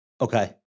Okay